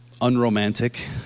unromantic